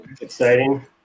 exciting